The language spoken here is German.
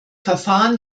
verfahren